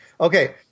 Okay